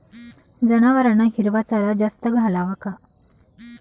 जनावरांना हिरवा चारा जास्त घालावा का?